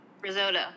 Risotto